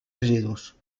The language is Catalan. residus